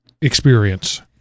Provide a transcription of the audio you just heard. experience